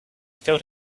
filled